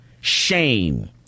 Shame